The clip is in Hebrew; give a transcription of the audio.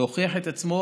הוכיח את עצמו,